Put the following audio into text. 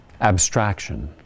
abstraction